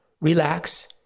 relax